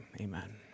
amen